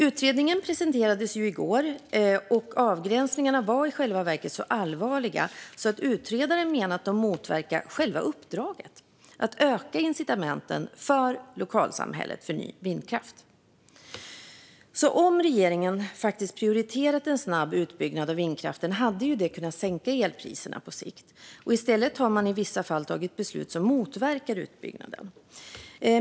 Utredningen presenterades i går, och avgränsningarna var i själva verket så allvarliga att utredaren menar att de motverkar själva uppdraget att öka incitamenten för lokalsamhället när det gäller ny vindkraft. Om regeringen faktiskt hade prioriterat en snabb utbyggnad av vindkraften hade det kunnat sänka elpriserna på sikt, men i stället har man i vissa fall tagit beslut som motverkar utbyggnaden.